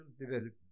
development